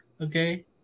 Okay